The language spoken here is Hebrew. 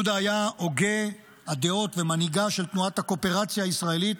יהודה היה הוגה הדעות ומנהיגה של תנועת הקואופרציה הישראלית,